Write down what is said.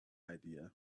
idea